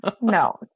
no